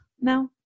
no